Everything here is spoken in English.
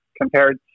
compared